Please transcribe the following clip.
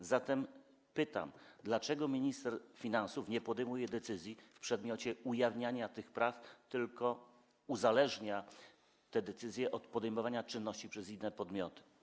A zatem pytam: Dlaczego minister finansów nie podejmuje decyzji w przedmiocie ujawnienia tych praw, tylko uzależnia te decyzje od podejmowania czynności przez inne podmioty?